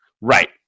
Right